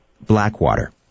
Blackwater